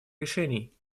решений